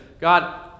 God